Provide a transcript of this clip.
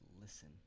listen